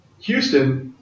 Houston